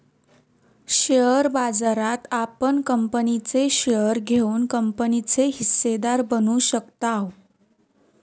share बाजारात आपण कंपनीचे शेअर घेऊन कंपनीचे हिस्सेदार बनू शकताव